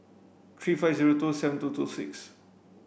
three five zero two seven two two six